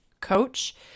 coach